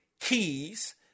keys